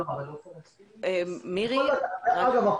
אגב,